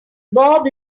bob